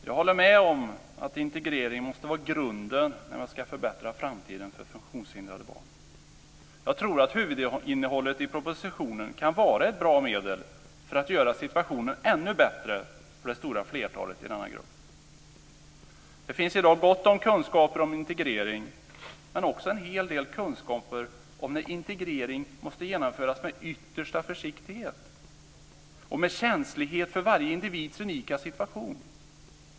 Fru talman! Jag håller med om att integrering måste vara grunden när man ska förbättra framtiden för funktionshindrade barn. Jag tror att huvudinnehållet i propositionen kan vara ett bra medel för att göra situationen ännu bättre för det stora flertalet i denna grupp. Det finns i dag gott om kunskaper om integrering, men också en hel del kunskaper om att integrering måste genomföras med yttersta försiktighet och med känslighet för varje individs unika situation.